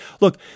Look